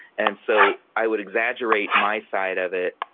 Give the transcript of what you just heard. and so i would exaggerate my side of it,